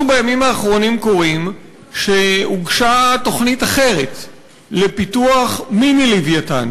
אנחנו בימים האחרונים קוראים שהוגשה תוכנית אחרת לפיתוח "מיני לווייתן",